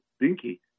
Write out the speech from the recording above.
dinky